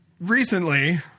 recently